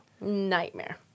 Nightmare